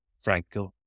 Frankel